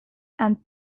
and